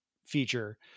feature